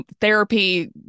therapy